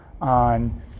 on